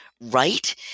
right